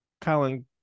Colin